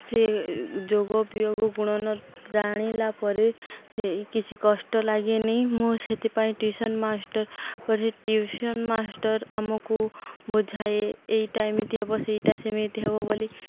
ସେ ଯୋଗ ବିୟୋଗ ଗୁଣନ ଜାଣିଲା ପରେ ସେ କିଛି କଷ୍ଟ ଲାଗେନି ମୁଁ ସେଥିପାଇଁ ଟିଉସନ୍ ମାଷ୍ଟର କରି ଟିଉସନ୍ ମାଷ୍ଟର ଆମକୁ ବୁଝାଏ ଏଇଟା ଏମିତି ହବ ସେଇଟା ସେମିତି ହବ ବୋଲି